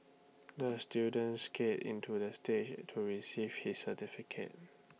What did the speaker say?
the student skated into the stage to receive his certificate